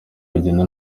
bigenda